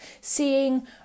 seeing